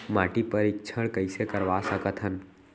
माटी परीक्षण कइसे करवा सकत हन?